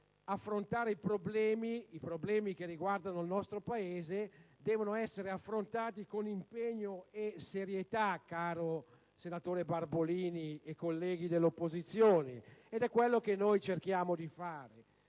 affrontare i problemi che riguardano il nostro Paese con impegno e serietà, caro senatore Barbolini e colleghi dell'opposizione, ed è quello che noi cerchiamo di fare.